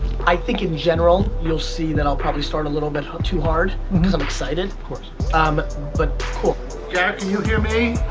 i think, in general, you'll see that i'll probably start a little bit too hard, because i'm excited, um but cool. gary, can you hear me?